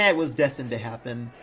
yeah was destined to happen.